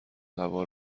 هوار